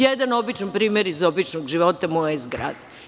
Jedan običan primer iz običnog života moje zgrade.